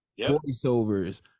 voiceovers